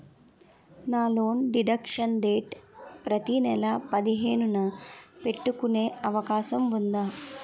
నా loan deduction date ప్రతి నెల పదిహేను న పెట్టుకునే అవకాశం ఉందా?